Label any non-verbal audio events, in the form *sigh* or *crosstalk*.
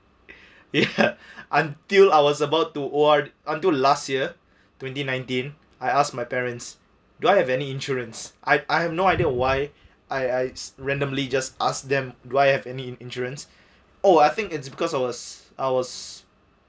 ya *laughs* until I was about to O_R until last year twenty nineteen I asked my parents do I have any insurance I I have no idea why I I randomly just ask them do I have any in insurance oh I think it's because I was I was